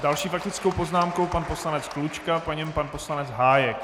S další faktickou poznámkou pan poslanec Klučka, po něm pan poslanec Hájek.